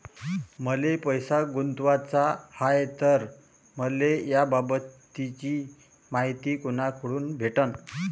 मले पैसा गुंतवाचा हाय तर मले याबाबतीची मायती कुनाकडून भेटन?